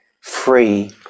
free